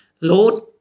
Lord